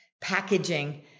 packaging